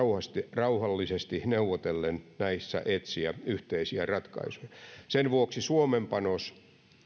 rauhallisesti neuvotellen etsiä näissä yhteisiä ratkaisuja sen vuoksi suomen panos